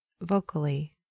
vocally